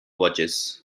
watches